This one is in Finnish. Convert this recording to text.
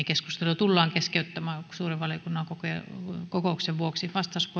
keskustelu tullaan keskeyttämään suuren valiokunnan kokouksen vuoksi